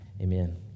Amen